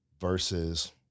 versus